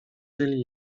żyli